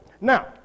Now